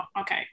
Okay